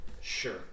sure